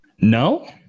No